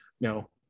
no